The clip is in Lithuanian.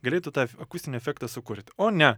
galėtų tą akustinį efektą sukurti o ne